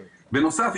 בנוסף,